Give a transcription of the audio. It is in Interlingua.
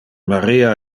maria